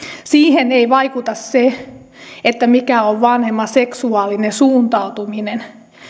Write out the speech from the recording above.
siihen ei vaikuta se mikä on vanhemman seksuaalinen suuntautuminen